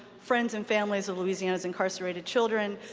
friends and families of louisiana's incarcerated children,